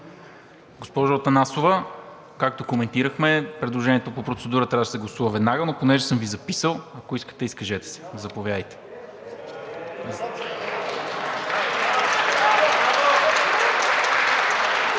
Госпожо Атанасова, както коментирахме, предложението по процедура трябва да се гласува веднага, но понеже съм Ви записал, ако искате, изкажете се. (Ръкопляскания